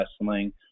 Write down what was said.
wrestling